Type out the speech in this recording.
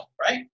right